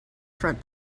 front